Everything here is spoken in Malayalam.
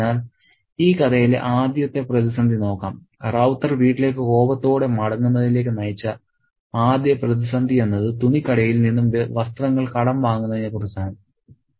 അതിനാൽ ഈ കഥയിലെ ആദ്യത്തെ പ്രതിസന്ധി നോക്കാം റൌത്തർ വീട്ടിലേക്ക് കോപത്തോടെ മടങ്ങുന്നതിലേക്ക് നയിച്ച ആദ്യ പ്രതിസന്ധി എന്നത് തുണിക്കടയിൽ നിന്ന് വസ്ത്രങ്ങൾ കടം വാങ്ങുന്നതിനെക്കുറിച്ച് ആണ്